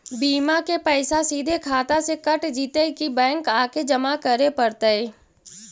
बिमा के पैसा सिधे खाता से कट जितै कि बैंक आके जमा करे पड़तै?